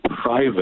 private